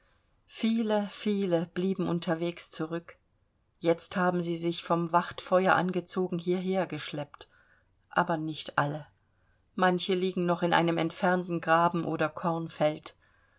viele viele blieben unterwegs zurück jetzt haben sie sich vom wachtfeuer angezogen hierher geschleppt aber nicht alle manche liegen noch in einem entfernten graben oder kornfeld